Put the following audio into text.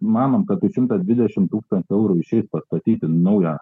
manom kad už šimtą dvidešimt tūkstančių eurų išeis pastatyti naują